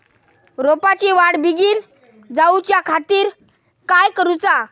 रोपाची वाढ बिगीन जाऊच्या खातीर काय करुचा?